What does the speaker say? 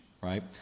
right